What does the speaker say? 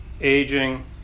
aging